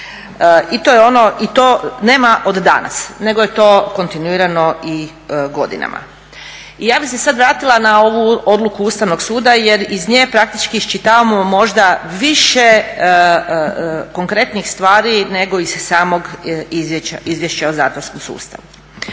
i to nema od danas, nego je to kontinuirano i godinama. I ja bih se sada vratila na ovu odluku Ustavnog suda jer iz nje praktički iščitavamo možda više konkretnijih stvari nego iz samog izvješća o zatvorskom sustavu.